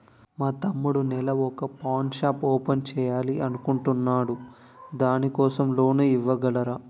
మా తమ్ముడు నెల వొక పాన్ షాప్ ఓపెన్ చేయాలి అనుకుంటునాడు దాని కోసం లోన్ ఇవగలరా?